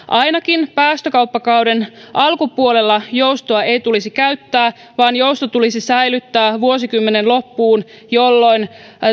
ainakin päästökauppakauden alkupuolella joustoa ei tulisi käyttää vaan jousto tulisi säilyttää vuosikymmenen loppuun jolloin